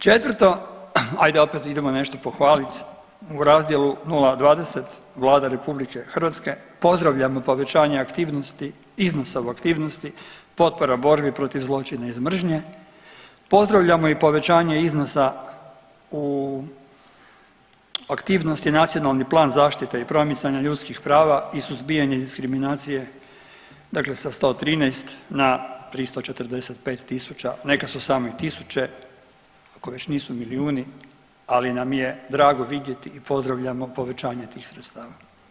Četvrto, ajde opet idemo nešto pohvalit, u razdjelu 0,20 Vlada RH pozdravljamo povećanje aktivnosti, iznosa u aktivnosti Potpora borbi protiv zločina iz mržnje, pozdravljamo i povećanje iznosa u aktivnosti Nacionalni plan zaštite i promicanja ljudskih prava i suzbijanje diskriminacije dakle sa 113 na 345 tisuća, neka su same tisuće ako već nisu milijuni, ali nam je drago vidjeti i pozdravljamo povećanje tih sredstava.